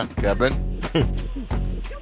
Kevin